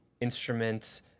instruments